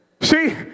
See